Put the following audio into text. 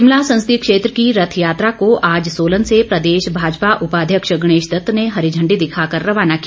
शिमला संसदीय क्षेत्र की रथ यात्रा को आज सोलन से प्रदेश भाजपा उपाध्यक्ष गणेश दत्त ने हरी झंडी दिखा कर रवाना किया